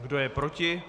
Kdo je proti?